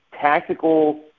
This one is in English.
Tactical